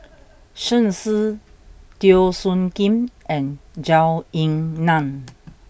Shen Xi Teo Soon Kim and Zhou Ying Nan